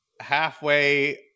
halfway